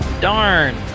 Darn